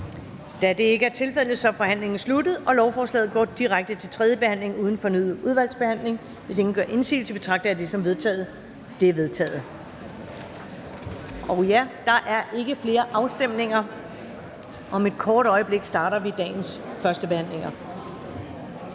Da det ikke er tilfældet, er forhandlingen sluttet, og lovforslaget går direkte til tredje behandling uden fornyet udvalgsbehandling. Hvis ingen gør indsigelse, betragter jeg det som vedtaget. Det er vedtaget. Der er ikke flere afstemninger. Om et kort øjeblik starter vi dagens førstebehandlinger.